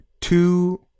Two